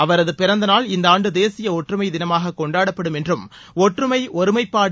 அவரது பிறந்நாள் இந்த ஆண்டு தேசிய ஒற்றுமை தினமாக கொண்டாடப்படும் என்றும் ஒற்றுமை ஒருமைப்பாடு